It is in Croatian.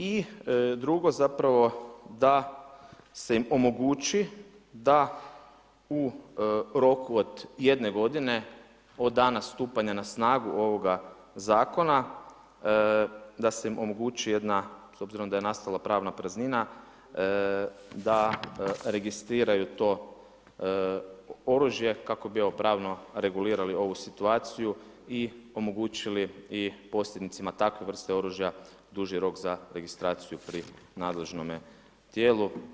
I drugo, zapravo, da se omogući da u roku od jedne godine od dana stupanja na snagu ovoga Zakona da se im omogući jedna s obzirom da je nastala pravna praznina da registriraju to oružje kako bi pravno regulirali ovu situaciju i omogućili i posjednicima takve vrste oružja duži rok za registraciju pri nadležnome tijelu.